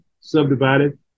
subdivided